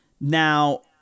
Now